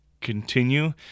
Continue